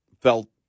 felt